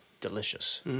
delicious